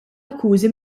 akkużi